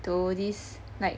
to this like